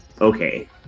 okay